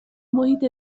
محیط